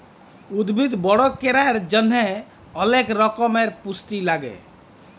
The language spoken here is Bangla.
উদ্ভিদ বড় ক্যরার জন্হে অলেক রক্যমের পুষ্টি লাগে